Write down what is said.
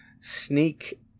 sneak